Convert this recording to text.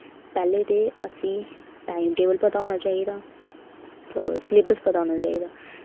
पैह्ले ते असें टाइम टेबल पता होना चाहिदा सिलेबस पता होना चाहिदा